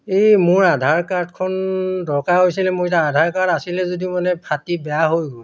এই মোৰ আধাৰ কাৰ্ডখন দৰকাৰ হৈছিলে মোৰ এতিয়া আধাৰ কাৰ্ড আছিলে যদি মানে ফাটি বেয়া হৈ গ'ল